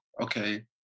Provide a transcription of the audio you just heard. okay